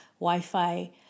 Wi-Fi